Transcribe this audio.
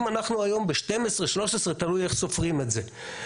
אנחנו עכשיו ב-12,000-13,000 תלוי איך סופרים את זה.